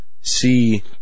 see